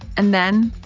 and then,